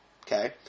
Okay